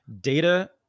Data